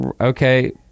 okay